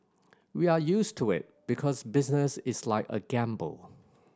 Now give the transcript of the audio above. we are used to it because business is like a gamble